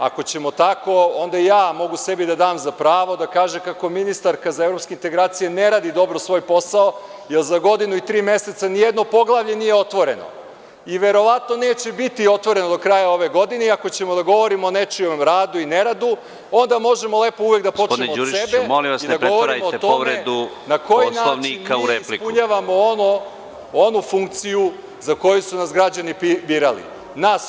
Onda, ako ćemo tako, onda i ja sebi mogu da dam za pravo da kažem kako ministarka za evropske integracije ne radi dobro svoj posao jer za godinu i tri meseca ni jedno poglavlje nije otvoreno i verovatno neće biti otvoreno do kraja ove godine i ako ćemo da govorimo o nečijem radu i neradu, onda možemo lepo uvek da počnemo od sebe i da govorimo o tome na koji način mi ispunjavamo onu funkciju za koju su nas građani birali nas ovde u parlamentu…